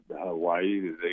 Hawaii